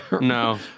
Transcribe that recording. No